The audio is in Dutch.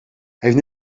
heeft